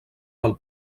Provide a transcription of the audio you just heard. del